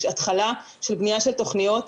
יש התחלה של בנייה של תוכניות.